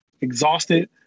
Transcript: exhausted